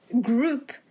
group